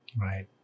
Right